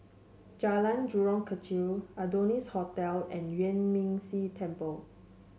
Jalan Jurong Kechil Adonis Hotel and Yuan Ming Si Temple